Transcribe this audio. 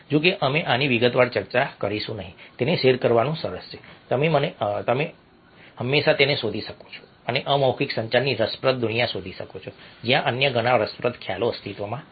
જો કે અમે આની વિગતવાર ચર્ચા કરીશું નહીં તેને શેર કરવું સરસ છે અને તમે હંમેશા તેને શોધી શકો છો અને અમૌખિક સંચારની રસપ્રદ દુનિયા શોધી શકો છો જ્યાં અન્ય ઘણા રસપ્રદ ખ્યાલો અસ્તિત્વમાં છે